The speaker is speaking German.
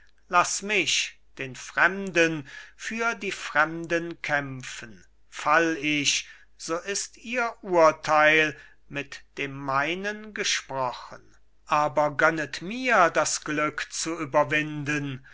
laß mich den fremden für die fremden kämpfen fall ich so ist ihr urtheil mit dem meinen gesprochen aber gönnet mir das glück zu überwinden